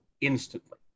instantly